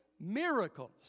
miracles